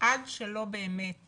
עד שלא באמת